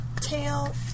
tail